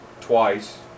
twice